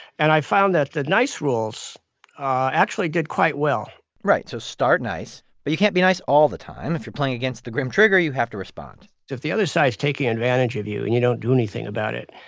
and i've found that the nice rules actually did quite well right. so start nice, but you can't be nice all the time. if you're playing against the grim trigger, you have to respond so if the other side's taking advantage of you and you don't do anything about it,